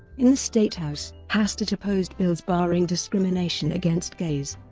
in the state house, hastert opposed bills barring discrimination against gays